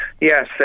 Yes